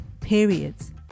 Periods